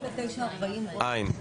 אין.